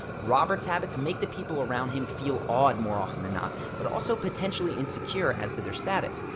robert's habits make the people around him feel odd more often than not, but, also, potentially insecure as to their status.